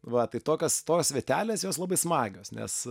va tai tokios tos vietelės jos labai smagios nes